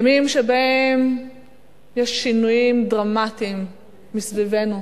ימים שבהם יש שינויים דרמטיים סביבנו,